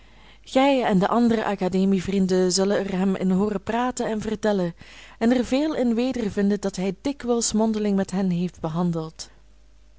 gij en de andere academievrienden zullen er hem in hooren praten en vertellen en er veel in wedervinden dat hij dikwijls mondeling met hen heeft behandeld